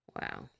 Wow